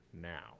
now